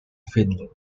finland